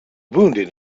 wounded